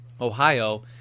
ohio